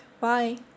Bye